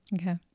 Okay